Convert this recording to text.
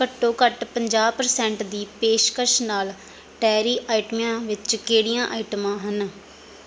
ਘੱਟੋ ਘੱਟ ਪੰਜਾਹ ਪਰਸੈਂਟ ਦੀ ਪੇਸ਼ਕਸ਼ ਨਾਲ ਡੇਅਰੀ ਆਈਟਮਾਂ ਵਿੱਚ ਕਿਹੜੀਆਂ ਆਈਟਮਾਂ ਹਨ